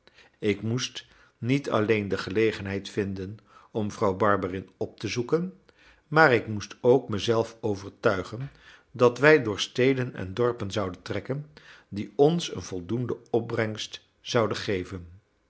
ik moest niet alleen de gelegenheid vinden om vrouw barberin op te zoeken maar ik moest ook mezelf overtuigen dat wij door steden en dorpen zouden trekken die ons een voldoende opbrengst zouden geven